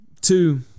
Two